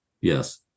Yes